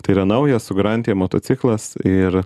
tai yra naujas su garantija motociklas ir